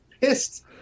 pissed